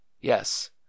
Yes